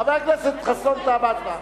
חבר הכנסת חסון טעה בהצבעה.